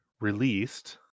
released